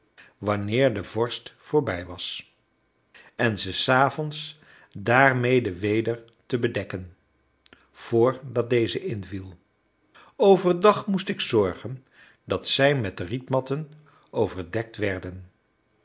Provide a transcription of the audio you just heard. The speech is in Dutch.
wanneer de vorst voorbij was en ze s avonds daarmede weder te bedekken vr dat deze inviel overdag moest ik zorgen dat zij met rietmatten overdekt werden